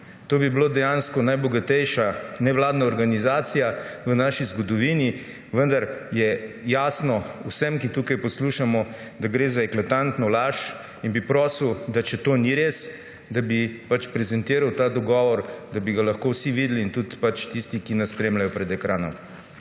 To bi bila dejansko najbogatejša nevladna organizacija v naši zgodovini, vendar je jasno vsem, ki tukaj poslušamo, da gre za eklatantno laž. Jaz bi prosil, da če to ni res, da bi prezentiral ta dogovor, da bi ga lahko vsi videli in tudi tisti, ki nas spremljajo pred ekranom.